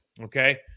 Okay